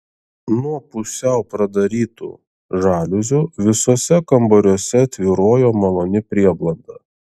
nuo pusiau pradarytų žaliuzių visuose kambariuose tvyrojo maloni prieblanda